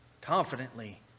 confidently